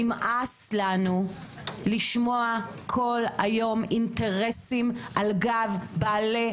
נמאס לנו לשמוע כל היום אינטרסים על גב בעלי החיים.